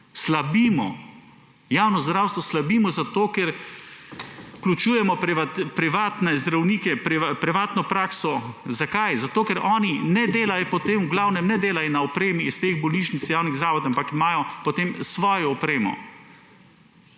zdravstvu. Javno zdravstvo slabimo, ker vključujemo privatne zdravnike, privatno prakso. Zakaj? Ker oni v glavnem ne delajo na opremi iz teh bolnišnic, javnih zavodov, ampak imajo potem svojo opremo.